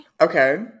Okay